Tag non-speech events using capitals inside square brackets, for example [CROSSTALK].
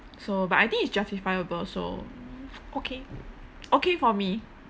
so but I think it's justifiable so [NOISE] okay okay for me